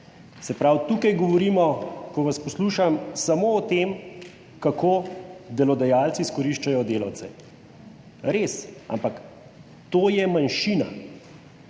Se pravi, tukaj govorimo, ko vas poslušam samo o tem, kako delodajalci izkoriščajo delavce. Res, ampak to je manjšina,